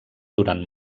durant